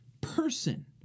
person